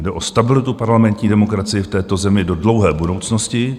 Jde o stabilitu parlamentní demokracie v této zemi do dlouhé budoucnosti.